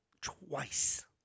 twice